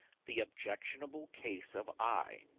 the objectionable case of i.